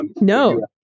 No